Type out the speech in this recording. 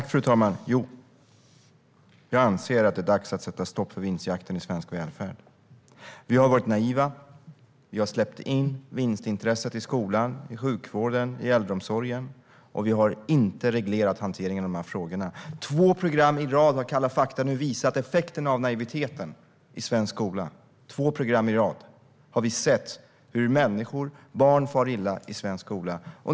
Fru talman! Jo, jag anser att det är dags att sätta stopp för vinstjakten i svensk välfärd. Vi har varit naiva. Vi har släppt in vinstintresset i skolan, i sjukvården och i äldreomsorgen, och vi har inte reglerat hanteringen av dessa frågor. I två program i rad har nu Kalla fakta visat effekterna av naiviteten i svensk skola. I två program i rad har vi sett hur barn far illa i svensk skola.